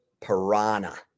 piranha